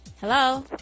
Hello